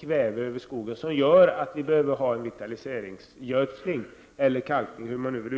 kväve, över skogen som gör att det behövs en vitaliseringsgödsling, dvs. kalkning.